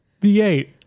V8